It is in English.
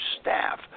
staff